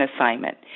assignment